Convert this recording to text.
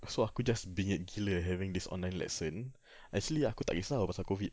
so aku just bingit gila having this online lesson actually aku tak kisah tahu pasal COVID